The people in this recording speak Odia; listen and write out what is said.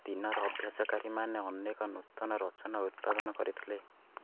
ତିନର ଅଭ୍ୟାସକାରୀମାନେ ଅନେକ ନୂତନ ରଚନା ଉତ୍ପାଦନ କରିଥିଲେ